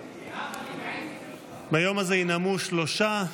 ביום הזה ינאמו שלושה.